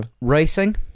Racing